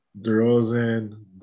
DeRozan